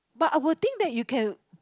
but I will think that you can